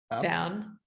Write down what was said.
down